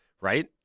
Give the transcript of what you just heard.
right